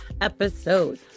episode